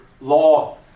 law